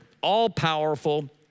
all-powerful